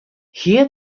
here